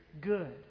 good